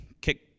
kick